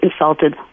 insulted